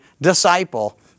disciple